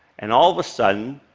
and all of a sudden,